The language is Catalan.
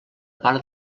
part